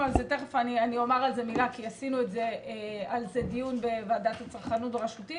תכף אני אומר על זה מילה כי עשינו על זה דיון בוועדת הצרכנות בראשותי